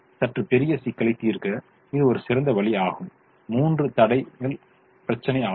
எனவே சற்று பெரிய சிக்கலை தீர்க்க இது ஒரு வழி ஆகும் 3 தடை பிரச்சினை ஆகும்